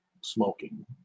smoking